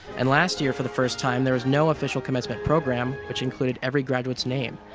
and last year for the first time, there was no official commencement program, which included every graduates' name.